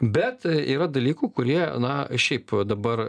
bet yra dalykų kurie na šiaip dabar